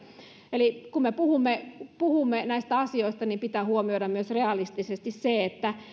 eli kun me puhumme puhumme näistä asioista niin pitää huomioida myös realistisesti se että